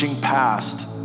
past